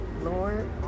Lord